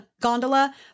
gondola